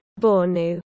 Bornu